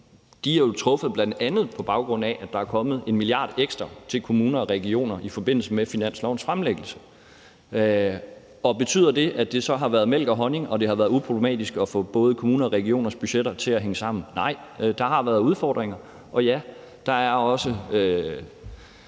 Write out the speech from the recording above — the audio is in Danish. er jo truffet, bl.a. på baggrund af at der er kommet en milliard ekstra til kommunerne og regionerne i forbindelse med finanslovsforslagets fremlæggelse. Betyder det, at det så har været mælk og honning, og at det har været uproblematisk at få både kommunernes og regionernes budgetter til at hænge sammen? Nej, der har været udfordringer, og ja, der er også